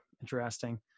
Interesting